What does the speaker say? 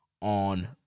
On